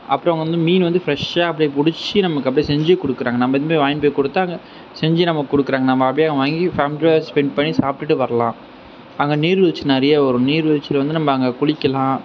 அப்பறம் வந்து மீன் வந்து ப்ரஷாக அப்படியே பிடிச்சி நமக்கு அப்படியே செஞ்சே கொடுக்குறாங்க நம்ம வாங்கிட்டு போய் கொடுத்தா செஞ்சு நமக்கு கொடுக்குறாங்க நம்ம அப்படியே அங்கே வாங்கி அங்கே ஸ்பெண்ட் பண்ணி சாப்பிடுட்டு வரலான் அங்கே நீர்வீழ்ச்சி நிறையா வரும் நீர்வீழ்ச்சியில வந்து நம்ம அங்கே குளிக்கலான்